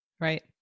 Right